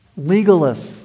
Legalists